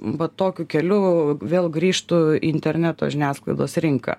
va tokiu keliu vėl grįžtų į interneto žiniasklaidos rinką